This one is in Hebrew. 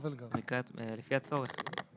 לפי הצורך.